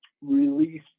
release